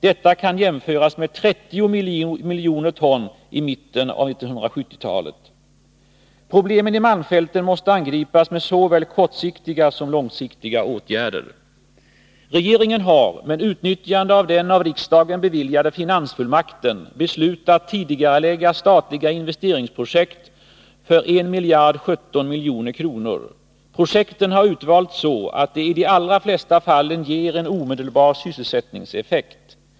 Detta kan jämförasmed Nr 61 30 miljoner ton i mitten av 1970-talet. Måndagen den Problemen i malmfälten måste angripas med såväl kortsiktiga som 17 januari 1983 långsiktiga åtgärder. Regeringen har, med utnyttjande av den av riksdagen beviljade finansfullmakten, beslutat tidigarelägga statliga investeringsprojekt för 1 017 milj.kr. Projekten har utvalts så att de i de allra flesta fall ger en omedelbar sysselsättningseffekt.